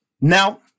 Now